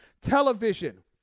television